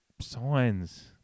signs